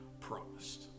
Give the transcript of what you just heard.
promised